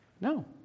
no